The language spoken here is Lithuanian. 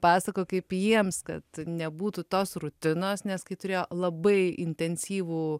pasakojo kaip jiems kad nebūtų tos rutinos nes kai turėjo labai intensyvų